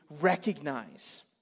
recognize